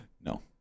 No